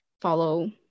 follow